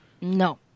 No